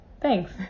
thanks